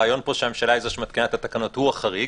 הרעיון פה שהממשלה היא זו שמתקינה את התקנות הוא החריג.